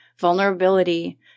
vulnerability